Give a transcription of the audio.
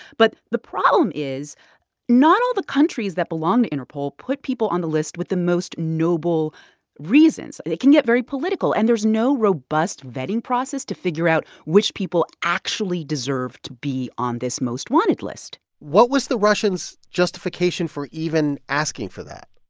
but the problem is not all the countries that belong to interpol put people on the list with the most noble reasons. it can get very political. and there's no robust vetting process to figure out which people actually deserve to be on this most wanted list what was the russians' justification for even asking for that?